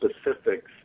specifics